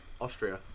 Austria